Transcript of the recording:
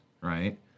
right